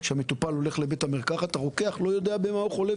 כשהמטופל הולך לבית המרקחת הרוקח לא יודע במה הוא חולה,